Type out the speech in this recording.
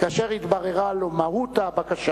וכאשר התבררה לו מהות הבקשה,